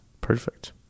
Perfect